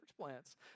plants